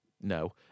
no